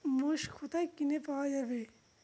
মোষ কোথায় কিনে পাওয়া যাবে?